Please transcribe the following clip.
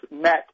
met